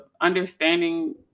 understanding